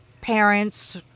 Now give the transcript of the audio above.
parents